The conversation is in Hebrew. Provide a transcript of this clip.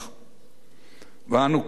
ואנו כאן, בבית הזה,